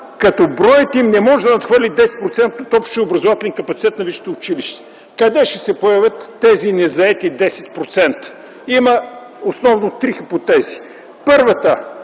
като броят им не може да надхвърли 10% от общия образователен капацитет на висшето училище. Къде ще се появят тези незаети 10%? Има основно три хипотези. Първата